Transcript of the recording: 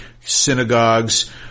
synagogues